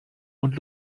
und